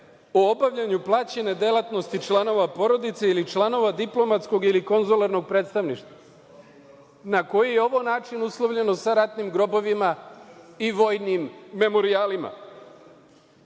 o obavljanju plaćanja delatnosti članova porodica ili članova diplomatskog konzularnog predstavništva. Na koji način je ovo uslovljeno sa ratnim grobovima i vojnim memorijalima? Imate